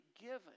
given